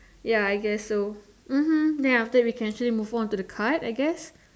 ya I guess so mmhmm then after that we can actually move on to the card I guess